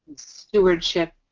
stewardship,